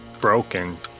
broken